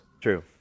True